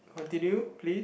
continue please